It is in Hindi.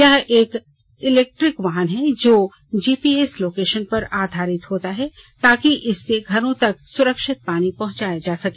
यह एक इलेक्ट्रिक वाहन जो जीपीएस लोकेशन पर आधारित होता है ताकि इससे घरों तक सुरक्षित पानी पहचाया जा सके